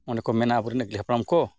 ᱚᱱᱮᱠᱚ ᱢᱮᱱᱟ ᱟᱵᱚᱨᱮᱱ ᱟᱹᱜᱤᱞ ᱦᱟᱯᱲᱟᱢ ᱠᱚ